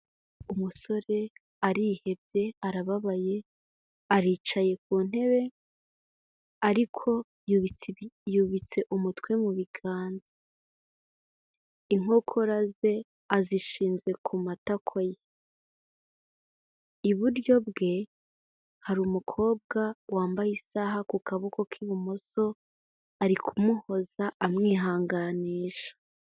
Umusore arihebye, arababaye, aricaye ku ntebe ariko yubitse umutwe mu biganza. Inkokora ze azishinze ku matako ye. Iburyo bwe hari umukobwa wambaye isaha ku kaboko k'ibumoso arikumuhoza amwihanganisha.